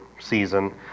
season